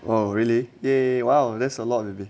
!wow! really eh !wow! that's a lot baby